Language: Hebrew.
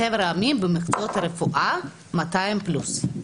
מחבר העמים במקצועות הרפואה 200 פלוס,